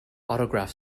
autograph